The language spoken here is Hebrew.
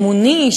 אמוני,